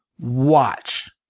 watch